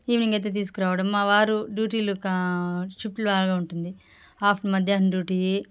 evening అయితే తీసుకురావడము మా వారు డ్యూటీలు కా షిఫ్ట్లు లాగా ఉంటుంది ఆఫ్ మధ్యాహ్నం డ్యూటీ